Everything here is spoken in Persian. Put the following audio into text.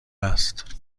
است